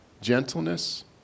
gentleness